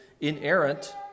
inerrant